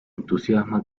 entusiasma